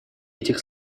этих